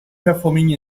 performing